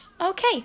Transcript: okay